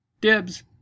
Dibs